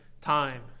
time